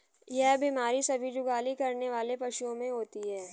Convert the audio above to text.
यह बीमारी सभी जुगाली करने वाले पशुओं में होती है